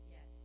Yes